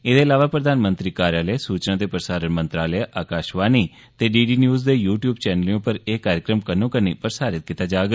एह्दे अलावा प्रधानमंत्री कार्यालय सूचना ते प्रसारण मंत्रालय आकाशवाणी ते डी डी न्यूज दे यू द्यूब चैनलें पर एह् कार्यक्रम कन्नो कन्नी प्रसारित कीता जाग